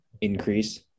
increase